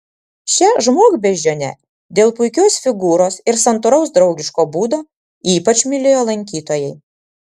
šią žmogbeždžionę dėl puikios figūros ir santūraus draugiško būdo ypač mylėjo lankytojai